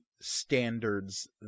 standards